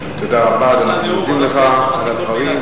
אנחנו מודים לך על הדברים.